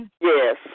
Yes